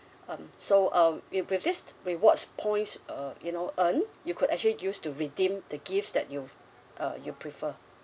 um so um if with these rewards points uh you know earned you could actually use to redeem the gifts that you uh you prefer